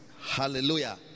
Hallelujah